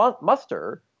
muster